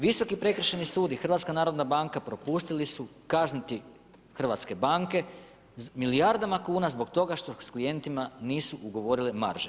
Visoki prekršajni sud i HNB propustili su kazniti hrvatske banke milijardama kuna zbog toga što s klijentima nisu ugovorile marže.